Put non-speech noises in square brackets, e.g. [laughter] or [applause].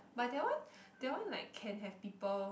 but that one [breath] that one like can have people